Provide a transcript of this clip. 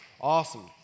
Awesome